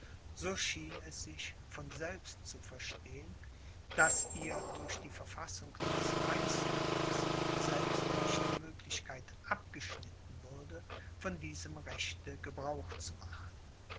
so schien es sich von selbst zu verstehen daß ihr durch die verfassung des reichstags selbst nicht die möglichkeit abgeschnitten würde von diesem rechte gebrauch zu machen